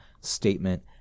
statement